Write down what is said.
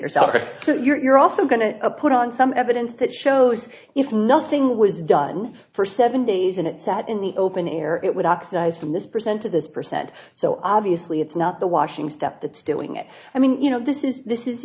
yourself so you're also going to put on some evidence that shows if nothing was done for seven days and it sat in the open air it would oxidize from this present to this percent so obviously it's not the washing step that's doing it i mean you know this is